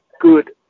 good